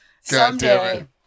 Someday